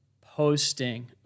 posting